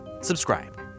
subscribe